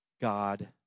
God